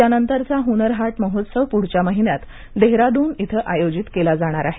यानंतरचा हुनर हाट महोत्सव पुढच्या महिन्यात डेहराडून इथं आयोजित केला जाणार आहे